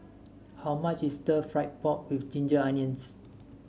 how much is Stir Fried Pork with Ginger Onions